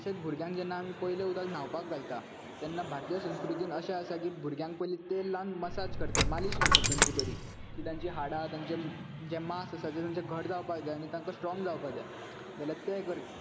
तशेंच भुरग्याक जेन्ना आमी पयलें उदक नावपाक घालता तेन्ना भारतीय संस्कृतीन अशें आसा की भुरग्यांक पयली तेल लावन मसाज करता मालीश करता तांची बरी की तांची हाडां तांचे जे मास आसा ते घट जावपाक जाय आनी तांकां स्ट्राँग जावपाक जाय जाल्यार ते करता